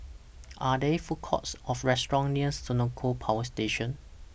Are There Food Courts Or restaurants nears Senoko Power Station